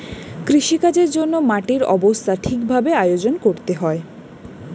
কৃষিকাজের জন্যে মাটির অবস্থা ঠিক ভাবে আয়োজন করতে হয়